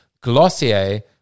Glossier